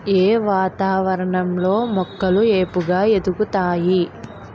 ఏ వాతావరణం లో మొక్కలు ఏపుగ ఎదుగుతాయి?